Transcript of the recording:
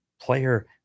player